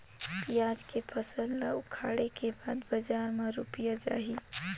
पियाज के फसल ला उखाड़े के बाद बजार मा रुपिया जाही?